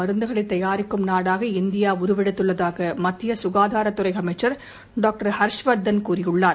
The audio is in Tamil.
மருந்துகளைத் தயாரிக்கும் நாடாக இந்தியா உருவெடுத்துள்ளதாக மத்திய சுகாதார துறை அமைச்சர் டாக்டர் ஹர்ஷ் வர்தன் கூறியுள்ளார்